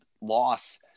loss